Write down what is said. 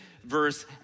verse